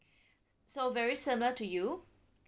so very similar to you